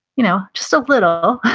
you know just a little,